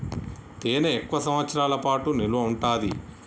తేనె ఎక్కువ సంవత్సరాల పాటు నిల్వ ఉంటాది